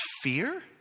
fear